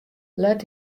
let